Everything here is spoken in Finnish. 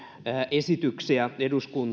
esityksiä eduskuntaan